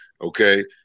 Okay